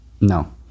no